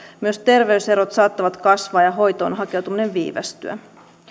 myös terveyserot saattavat kasvaa ja hoitoon hakeutuminen viivästyä